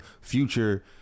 future